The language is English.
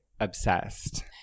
Obsessed